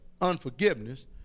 unforgiveness